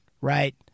right